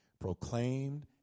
proclaimed